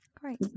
great